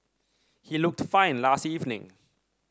he looked fine last evening